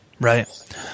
Right